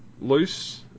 loose